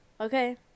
Okay